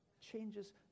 changes